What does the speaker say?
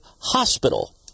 Hospital